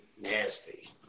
nasty